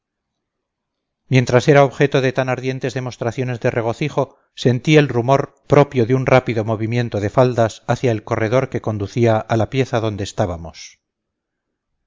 mientras era objeto de tan ardientes demostraciones de regocijo sentí el rumor propio de un rápido movimiento de faldas hacia el corredor que conducía a la pieza donde estábamos